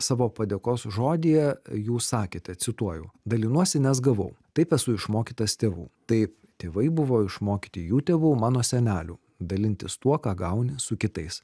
savo padėkos žodyje jūs sakėte cituoju dalinuosi nes gavau taip esu išmokytas tėvų taip tėvai buvo išmokyti jų tėvų mano senelių dalintis tuo ką gauni su kitais